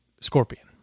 Scorpion